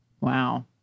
Wow